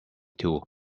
two